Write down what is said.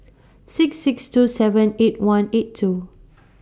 six six two seven eight one eight two